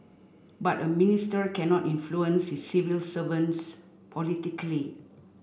but a minister cannot influence his civil servants politically